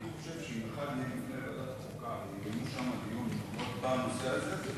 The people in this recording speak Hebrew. אני חושב שאם אחד מהם יפנה לוועדת החוקה ויחליטו לדון בנושא הזה,